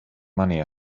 money